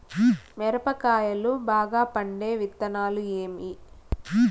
మిరప కాయలు బాగా పండే విత్తనాలు ఏవి